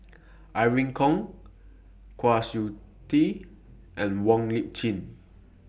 Irene Khong Kwa Siew Tee and Wong Lip Chin